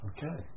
Okay